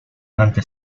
ante